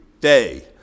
day